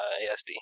ASD